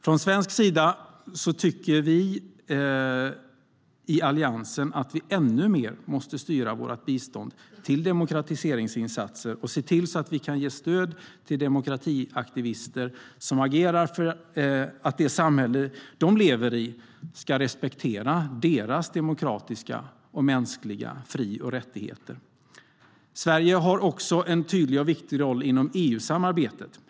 Vi i Alliansen tycker att vi från svensk sida ännu mer måste styra vårt bistånd till demokratiseringsinsatser och se till att vi kan ge stöd till de demokratiaktivister som agerar för att det samhälle som de lever i ska respektera deras demokratiska och mänskliga fri och rättigheter. Sverige har också en tydlig och viktig roll inom EU-samarbetet.